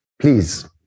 please